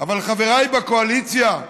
אבל חבריי בקואליציה,